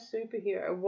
Superhero